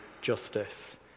justice